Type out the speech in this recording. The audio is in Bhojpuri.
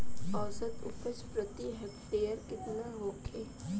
औसत उपज प्रति हेक्टेयर केतना होखे?